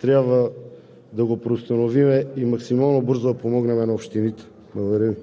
трябва да го преустановим и максимално бързо да помогнем на общините. Благодаря Ви.